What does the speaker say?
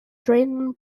drayton